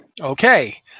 Okay